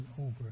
over